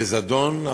בזדון,